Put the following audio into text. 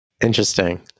Interesting